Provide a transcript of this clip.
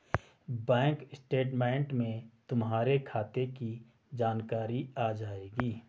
bank statement में तुम्हारे खाते की जानकारी आ जाएंगी